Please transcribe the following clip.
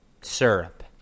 syrup